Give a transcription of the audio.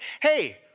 hey